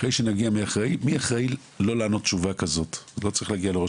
לכן אני אשמח לפני שאתה הולך לבקש ממך שוב,